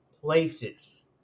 places